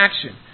action